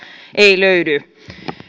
ei löydy